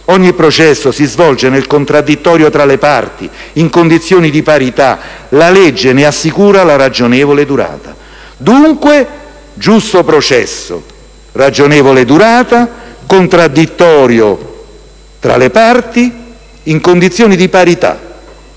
Ogni processo si svolge nel contraddittorio tra le parti, in condizioni di parità... La legge ne assicura la ragionevole durata». Parliamo, dunque, di giusto processo, ragionevole durata e contraddittorio tra le parti in condizioni di parità.